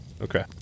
okay